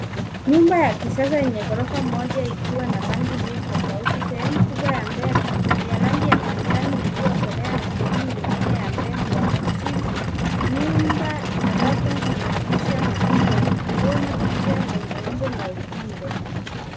Nyumba ya kisasa yenye ghorofa moja, ikiwa na rangi mbili tofauti. Sehemu kubwa ya mbele ni ya rangi ya manjano iliyokolea na sehemu nyingine ya mbele ni ya kijivu . Nyumba ina balconies na madirisha makubwa ikiwemo dirisha lenye umbo la upinde.